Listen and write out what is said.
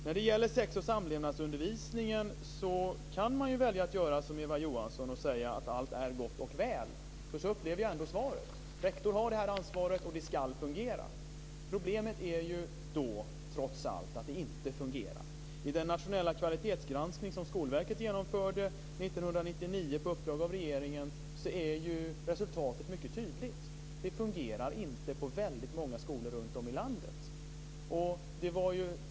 När det gäller sex och samlevnadsundervisningen så kan man ju välja att göra som Eva Johansson och säga att allt är gott och väl - för så upplever jag svaret. Rektor har ansvaret, och det ska fungera. Problemet är att det trots allt inte fungerar. I den nationella kvalitetsgranskning som Skolverket genomförde 1999 på uppdrag av regeringen är resultatet mycket tydligt: Det fungerar inte på väldigt många skolor runtom i landet.